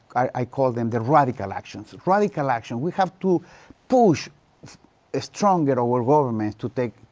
i call them the radical actions. radical actions. we have to push a stronger. our government to take,